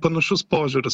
panašus požiūris